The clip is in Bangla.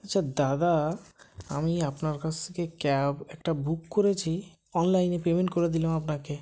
আচ্ছা দাদা আমি আপনার কাছ থেকে ক্যাব একটা বুক করেছি অনলাইনে পেমেন্ট করে দিলাম আপনাকে